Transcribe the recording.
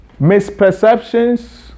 Misperceptions